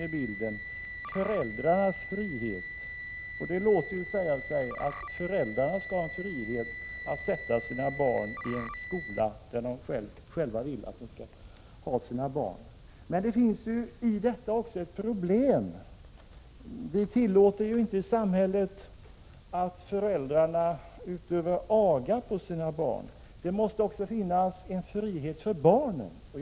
Det gäller föräldrarnas frihet. Det låter sig ju sägas att föräldrarna skall ha frihet att sätta sina barn i en skola där de vill ha sina barn. Men i detta ligger också ett problem. I vårt samhälle tillåter vi ju inte att föräldrarna agar sina barn. Det måste också finnas en frihet för barnen.